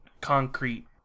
concrete